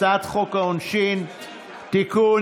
הצעת חוק העונשין (תיקון,